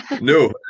No